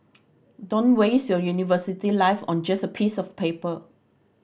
don't waste your university life on just a piece of paper